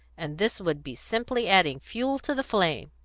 and this would be simply adding fuel to the flame.